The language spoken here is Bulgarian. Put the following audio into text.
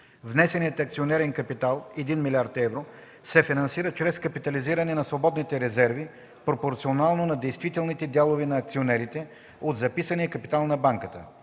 внесеният акционерен капитал (1 млрд. евро), се финансира чрез капитализиране на свободните резерви пропорционално на действителните дялове на акционерите от записания капитал на банката.